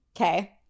Okay